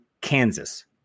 kansas